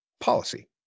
policy